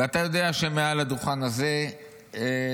ואתה יודע שמעל הדוכן הזה אני,